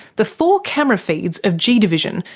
the four camera feeds of g division,